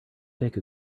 take